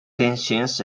tensions